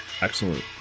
Excellent